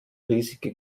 riesige